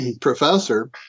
professor